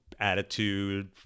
attitude